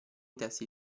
testi